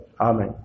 Amen